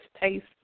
taste